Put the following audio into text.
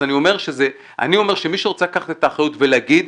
אני אומר שמי שרוצה לקחת את האחריות ולהגיד,